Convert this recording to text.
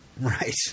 Right